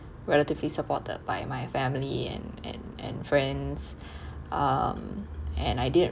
relatively supported by my family and and and friends um and I didn't